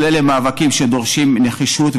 כל אלה מאבקים שדורשים נחישות,